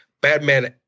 Batman